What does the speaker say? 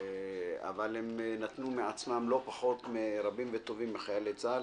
אבל הם נתנו מעצמם לא פחות מרבים וטובים מחיילי צה"ל